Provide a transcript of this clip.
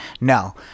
No